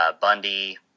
Bundy